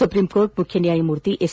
supreme court ಮುಖ್ಯ ನ್ಯಾಯಮೂರ್ತಿ S